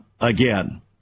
again